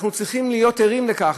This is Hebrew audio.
אנחנו צריכים להיות ערים לכך.